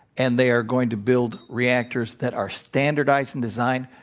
and they are going to build reactors that are standardized in design.